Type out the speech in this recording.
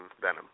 Venom